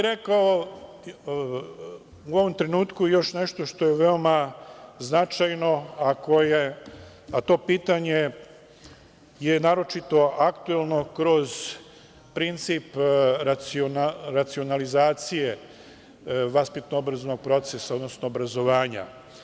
Rekao u ovom trenutku još nešto što je veoma značajno, a to pitanje je naročito aktuelno kroz princip racionalizacije vaspitno-obrazovnog procesa, odnosno obrazovanja.